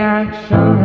action